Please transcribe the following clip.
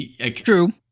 True